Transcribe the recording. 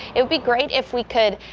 it would be great if we could.